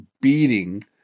beating